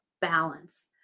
balance